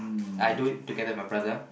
I do it together with my brother